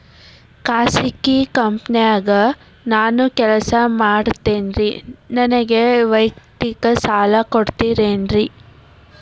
ಖಾಸಗಿ ಕಂಪನ್ಯಾಗ ನಾನು ಕೆಲಸ ಮಾಡ್ತೇನ್ರಿ, ನನಗ ವೈಯಕ್ತಿಕ ಸಾಲ ಕೊಡ್ತೇರೇನ್ರಿ?